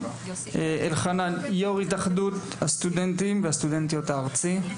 אלחנן, יו"ר התאחדות הסטודנטים והסטודנטיות הארצי.